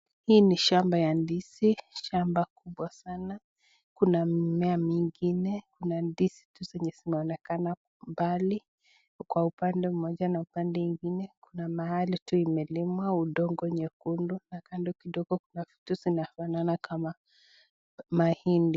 Hii ni shamba ya ndizi shamba kubwa sana kuna mimea mingine kuna ndizi zenye zinaonekana mbali, kwa upande moja na upande ingine, Kuna mahali tu imelimwa udongo nyekundu na kando kidogo Kuna vitu zinafanana kama mahindi.